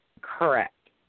Correct